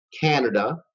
Canada